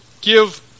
Give